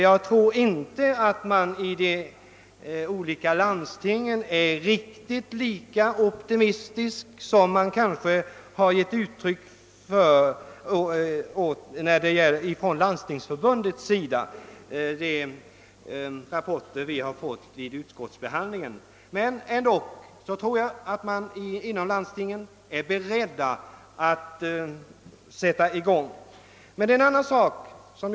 Jag tror inte att man i de olika landstingen är riktigt lika optimistisk som Landstingsförbundet givit uttryck för i de rapporter som vi haft tillgång till vid utskottsbehandlingen. Jag tror ändå att landstingen är beredda att sätta i gång den 1 januari 1970.